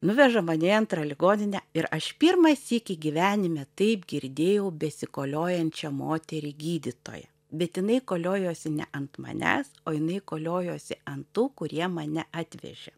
nuveža mane į antrą ligoninę ir aš pirmą sykį gyvenime taip girdėjau besikoliojančią moterį gydytoją bet jinai koliojosi ne ant manęs o jinai koliojosi ant tų kurie mane atvežė